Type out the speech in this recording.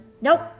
nope